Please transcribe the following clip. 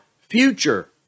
future